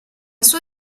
sua